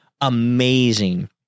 amazing